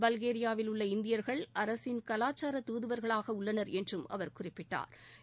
பல்கேரியாவில் உள்ள இந்தியர்கள் அரசின் கலாச்சார தூதுவர்களாக உள்ளனர் என்றும் அவர் குறிப்பிட்டா்